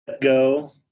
go